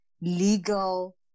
legal